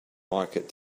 market